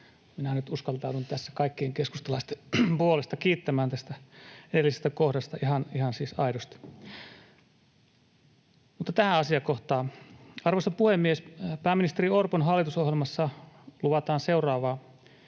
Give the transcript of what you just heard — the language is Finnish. minä nyt uskaltaudun tässä kaikkien keskustalaisten puolesta kiittämään tästä edellisestä kohdasta, ihan siis aidosti. Mutta tähän asiakohtaan: Arvoisa puhemies! Pääministeri Orpon hallitusohjelmassa luvataan seuraavaa: